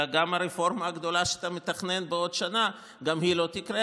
אלא הרפורמה הגדולה שאתה מתכנן בעוד שנה גם היא לא תקרה,